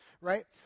right